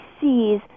sees